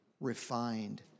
refined